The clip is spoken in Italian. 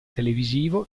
televisivo